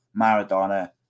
Maradona